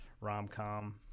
rom-com